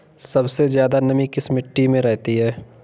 सबसे ज्यादा नमी किस मिट्टी में रहती है?